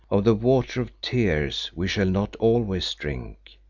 of the water of tears we shall not always drink.